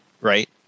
right